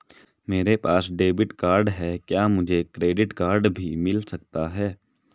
मेरे पास debit card है क्या मुझे क्रेडिट कार्ड भी मिल सकता है?